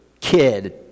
kid